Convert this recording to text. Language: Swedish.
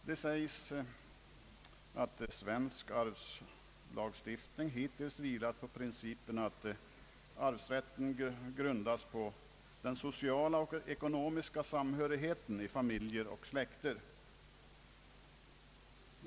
Det sägs att svensk arvslagstiftning hittills vilat på principen att arvsrätten grundas på den sociala och ekonomiska samhörigheten i familjer och släkter.